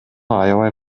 аябай